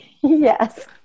Yes